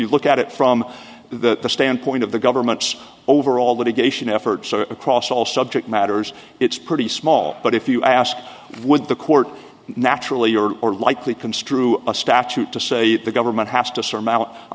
you look at it from the standpoint of the government overall litigation effort across all subject matters it's pretty small but if you ask would the court naturally you're more likely construe a statute to say the government has to